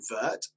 convert